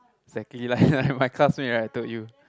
exactly like like my classmate right I told you